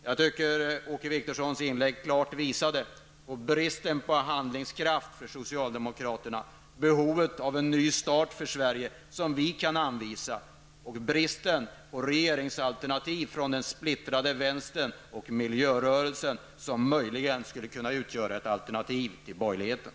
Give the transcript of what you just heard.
Jag tycker Åke Wictorssons inlägg klart visade bristen på handlingskraft för socialdemokraterna, behovet av en ny start för Sverige, som vi kan anvisa, och bristen på regeringsalternativ för den splittrade vänstern och miljörörelsen som möjligen skulle kunna utgöra ett alternativ till borgerligheten.